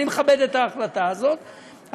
אני מכבד את ההחלטה הזאת,